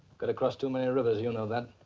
got to cross too many rivers, you know that.